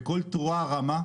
בקול תרועה רמה,